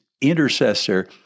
intercessor